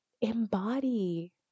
embody